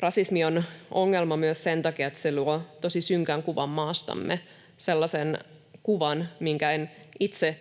Rasismi on ongelma myös sen takia, että se luo sellaisen tosi synkän kuvan maastamme. Itse